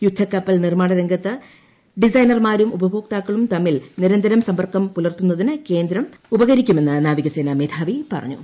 യുദ്ധകപ്പൽ നിർമ്മാണ രംഗത്ത് ഡിസൈനർമാരും ഉപയോക്താ ക്കളും തമ്മിൽ നിരന്തരം സമ്പർക്കം പുലർത്തുന്നതിന് കേന്ദ്രം ഉപ കരിക്കുമെന്ന് നാവികസേനാ മേധാവി പറഞ്ഞു